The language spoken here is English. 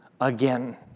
again